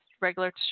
regular